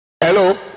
Hello